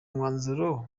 umwanzuro